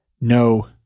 no